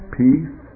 peace